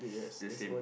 the same